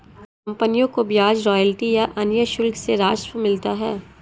कंपनियों को ब्याज, रॉयल्टी या अन्य शुल्क से राजस्व मिलता है